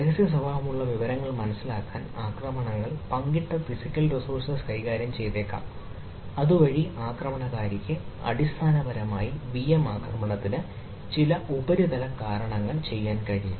രഹസ്യസ്വഭാവമുള്ള വിവരങ്ങൾ മനസിലാക്കാൻ ആക്രമണങ്ങൾ പങ്കിട്ട ഫിസിക്കൽ റിസോഴ്സ് കൈകാര്യം ചെയ്തേക്കാം അതുവഴി ആക്രമണകാരിക്ക് അടിസ്ഥാനപരമായി വിഎം ആക്രമണത്തിന് ചില ഉപരിതല കാരണങ്ങൾ ചെയ്യാൻ കഴിയും